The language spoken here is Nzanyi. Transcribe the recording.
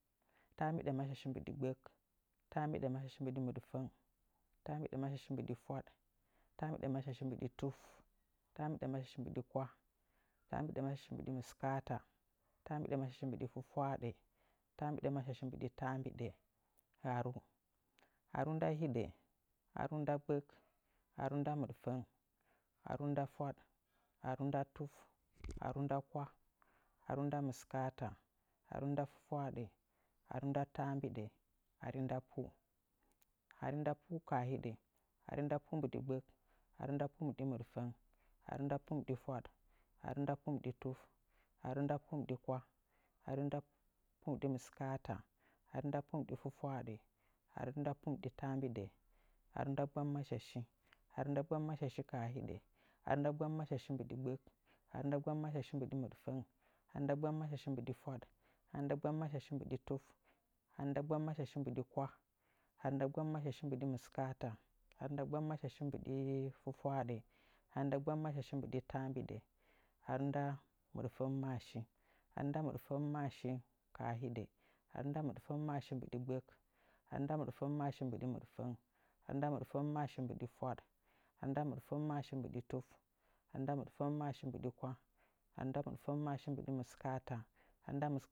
Taambɨɗimashashi mbɨɗi gbək taambɨɗimashashi mbɨɗi mɨɗfəng taambɨɗimashashi mbɨɗi fwaɗ taambɨɗimashashi mbɨɗi tuf taambɨɗimashashi mbɨɗi kwah taambɨɗimashashi mbɨɗi mɨskaata taambɨɗimashashi mbɨɗi fwafwaɗə taambɨɗimashashi mbɨɗi taambiɗə ghaaru ghaaru nda hiɗa ghaaru nda gbək ghaaru nda mɨɗfəng ghaaru nda fwaɗ ghaaru nda tuf ghaaru nda kwah ghaaru nda mɨskaata ghaaru nda fwafwaaɗə ghaaru nda taambiɗə ghaaru nda pu ghaaru nda pu kaa hiɗə ghaaru nda pu mbɨɗi gbək ghaaru nda pu mbɨɗi mɨɗfəng ghaaru nda pu mbɨɗi fwaɗ ghaaru nda pu mbɨɗi tuf ghaaru nda pu mbɨɗi kwah ghaaru nda pu mbɨɗi mɨskaata ghaaru nda pu mbɨɗi fwafwaaɗə ghaaru nda pu mbɨɗi taambiɗə ghaaru nda gbammashashi ghaaru nda gbammashashi kaa hiɗə ghaaru nda gbammashashi mbɨɗi gbək ghaaru nda gbammashashi mbɨɗi mɨɗfəng ghaaru nda gbammashashi mbɨɗi fwaɗ ghaaru nda gbammashashi mbɨɗi tuf ghaaru nda gbammashashi mbɨɗi kwah ghaaru nda gbammashashi mbɨɗi mɨskaata ghaaru nda gbammashashi mbɨɗi fwafwaaɗə ghaaru nda gbammashashi mbɨɗi taambiɗə ghaaru nda mɨɗfəngmashashi ghaaru nda mɨɗfəngmashashi kaa hiɗə ghaaru nda mɨɗfəngmashashi mbɨɗi gbək ghaaru nda mɨɗfəngmashashi mbɨɗi mɨɗfəng ghaaru nda mɨɗfəngmashashi mbɨɗi fwaɗ ghaaru nda mɨɗfəngmashashi mbɨɗi tuf ghaaru nda mɨɗfəngmashashi mbɨɗi kwah ghaaru nda mɨɗfəngmashashi mbɨɗi mɨskaata